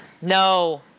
No